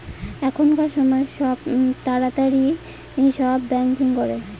এখনকার সময় তাড়াতাড়ি সব ব্যাঙ্কিং করে